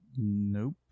nope